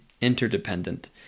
interdependent